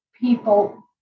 people